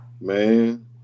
man